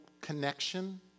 connection